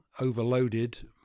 overloaded